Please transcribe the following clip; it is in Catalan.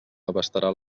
abastarà